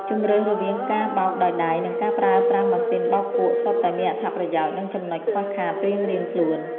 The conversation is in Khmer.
ជម្រើសរវាងការបោកដោយដៃ និងការប្រើប្រាស់ម៉ាស៊ីនបោកគក់សុទ្ធតែមានអត្ថប្រយោជន៍ និងចំណុចខ្វះខាតរៀងៗខ្លួន។